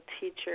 teacher